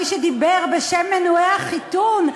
מי שדיבר בשם מנועי החיתון,